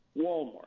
Walmart